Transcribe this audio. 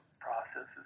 processes